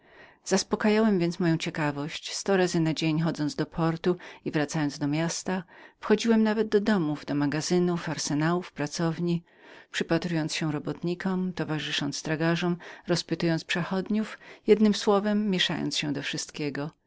zaspokajałem więc moją ciekawość sto razy na dzień chodząc do portu i wracając do miasta wchodziłem nawet do domów do magazynów arsenałów pracowni przypatrując się robotnikom towarzysząc tragarzom zatrzymując przechodzących jednem słowem mieszając się do wszystkiego